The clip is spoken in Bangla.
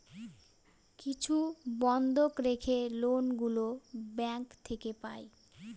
কিছু বন্ধক রেখে লোন গুলো ব্যাঙ্ক থেকে পাই